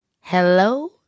Hello